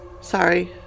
Sorry